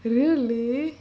really